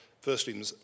firstly